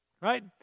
Right